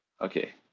Okay